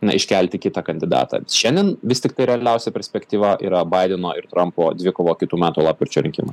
na iškelti kitą kandidatą šiandien vis tiktai realiausia perspektyva yra baideno ir trumpo dvikova kitų metų lapkričio rinkim